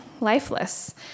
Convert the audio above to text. lifeless